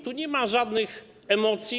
Tu nie ma żadnych emocji.